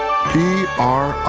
are.